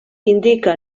indica